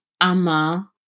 Ama